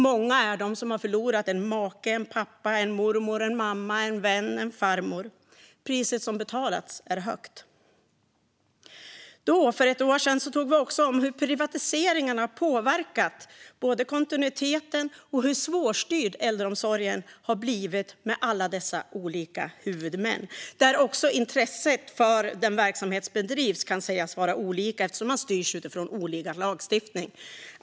Många är de som har förlorat en make, en pappa, en mormor, en mamma, en vän eller en farmor. Priset som har betalats är högt. För ett år sedan tog vi också upp hur privatiseringarna både har påverkat kontinuiteten och gjort den svårstyrd med alla dessa olika huvudmän. Intresset för hur en verksamhet bedrivs kan också sägas vara olika eftersom man styrs utifrån olika lagstiftning.